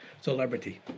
celebrity